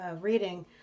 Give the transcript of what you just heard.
reading